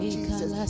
Jesus